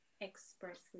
expressly